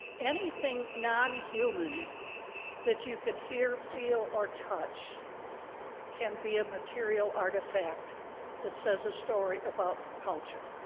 anything non-human that you can hear, feel, or touch can be a material artifact that says a story about culture.